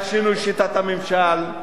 על שינוי שיטת הממשל,